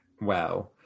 Wow